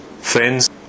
friends